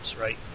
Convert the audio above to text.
right